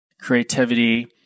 creativity